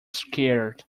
scared